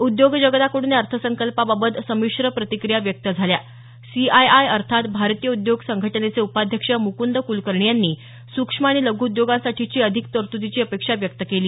उद्योग जगताकडून या अर्थसंकल्पाबाबत संमिश्र प्रतिक्रिया व्यक्त झाल्या सी आय आय अर्थात भारतीय उद्योग संघटनेचे उपाध्यक्ष मुकुंद कुलकर्णी यांनी सूक्ष्म आणि लघू उद्योगांसाठीची अधिक तर्तुदीची अपेक्षा व्यक्त केली